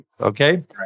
okay